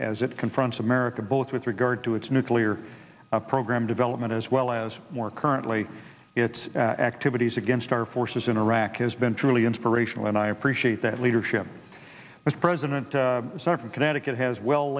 confronts america both with regard to its nuclear program development as well as more currently its activities against our forces in iraq has been truly inspirational and i appreciate that leadership as president from connecticut has well